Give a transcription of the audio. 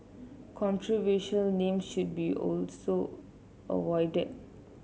controversial names should be also avoided